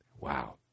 Wow